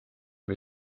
või